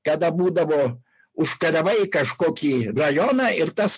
kada būdavo užkariavai kažkokį rajoną ir tas